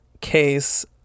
Case